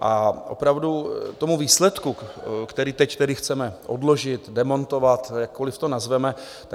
A opravdu tomu výsledku, který teď chceme odložit, demontovat, jakkoliv to nazveme,